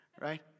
right